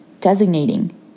designating